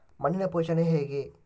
ಮಣ್ಣಿನ ಪೋಷಣೆ ಹೇಗೆ?